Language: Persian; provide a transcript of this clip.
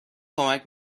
کمک